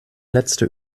letzte